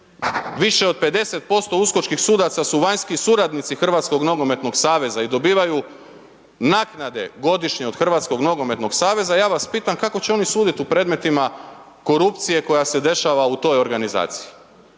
više od 50% uskočkih sudaca su vanjski suradnici Hrvatskog nogometnog saveza i dobivaju naknade godišnje od Hrvatskog nogometnog saveza ja vas pitam kako će oni suditi u predmetima korupcije koja se dešava u toj organizaciji.